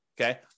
okay